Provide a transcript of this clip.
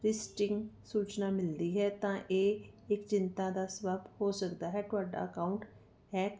ਦੀ ਸੂਚਨਾ ਮਿਲਦੀ ਹੈ ਤਾਂ ਇਹ ਇੱਕ ਚਿੰਤਾ ਦਾ ਸਬੱਬ ਹੋ ਸਕਦਾ ਹੈ ਤੁਹਾਡਾ ਅਕਾਊਂਟ ਹੈਕ